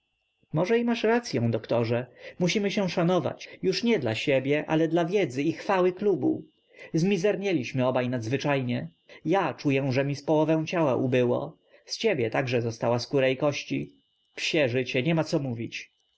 masz i racyą doktorze musimy się szanować już nie dla siebie ale dla wiedzy i chwały klubu zmizernieliśmy obaj nadzwyczajnie ja czuję że że mi z połowę ciała ubyło z ciebie także zostały skóra i kości psie życie niema co mówić